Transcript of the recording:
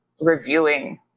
reviewing